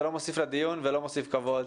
זה לא מוסיף לדיון ולא מוסיף כבוד.